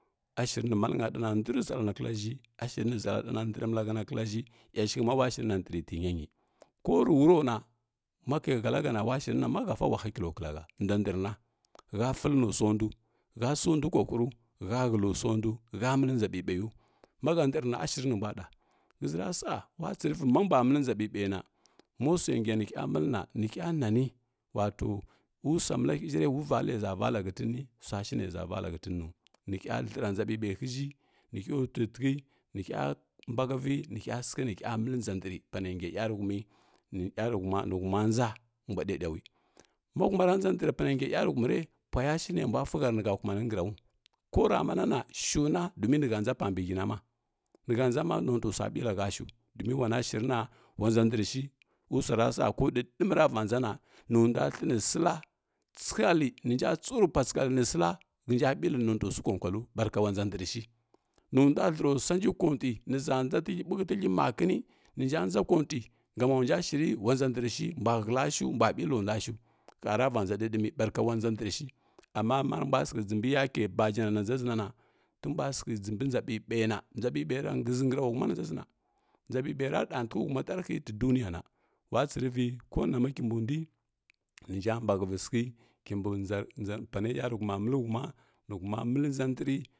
Astiri ne malna ɗana ndri zəlana kalaʒhə ashiri ne ʒeda ɗana ndri malahəna kalaʒhə ashiki ma ula shirina ndri nayiyi korə wiro na ma kai ghalahəna ula shirinamahə fa ula hakilo klahʒ ndua ndrina hə filə nusondu həsundukwahuru hə həlusundu hə məlinʒa ɓiɓaiu ma hə ndrna ashrinimbua ɗa ghəʒirasa ula tsirivi ma mbula məli nʒa ɓiɓaina masua ngiya nəhə məlina nihə nani wato ulusuaməlahe əhəra uluvalaʒa valahətinrii suashine ʒa vala shətinu nihə thəra nʒa ɓiɓui həʒhə nihə əti ki nihə mbtəvi nihə sikhə nihə məli nʒa ndri pane nga yəruhumi niyarighama nihuma nʒa mbua ɗaɗui humi niyarighama nihuma nʒa mbua ɗeɗaui mahuma ranja ndri panənga yaru ghami re payashne mbua sihəri nihə kumani ngrauu ko ramanana shwana domin nihə nza nʒa pa mbihəi na ma, nihə nʒa ma nontu sua ɓilahə shu domi wana shirina ula nʒa ndrishi wusa rasa ko ɗiɗima ravaʒana nundla thəni sila tsikhələ ninja tsuri pua tsikhlə nisela shənja ɓila ninotusui kokwalu barka ula nsa ndrishi nundua ndrasuanji kontui ni ʒa nʒa tilhə ɓuki tilhəi makini ninja nʒa kuntui gam ɓilonduəshu hərava nʒa ɗi ɗimi barka ula nʒa ndrishi amma marmbua səkkə jinbi yake bajana na nʒaʒininana timbua səkhə jin mbi nʒa ɓiɓama nʒa ɓiɓaira shəʒi ngraula huma nanʒaʒineno nʒa ɓiɓai ra ɗantikhi huma tdar rihə ti duniyan ulatsirivi konama kimbundui ninja bahəvi səkhə kimbi nʒa pane yazuhuma nihuma məli nʒa ndri.